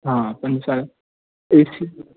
हा पंज साल